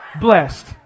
Blessed